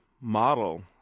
model